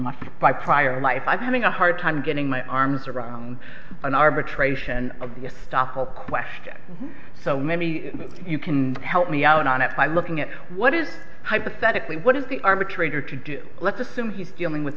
much by prior life i having a hard time getting my arms around an arbitration of the stock whole question so maybe you can help me out on it by looking at what is hypothetically what is the arbitrator to do let's assume he's dealing with